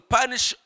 punish